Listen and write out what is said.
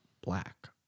black